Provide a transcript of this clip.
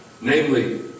namely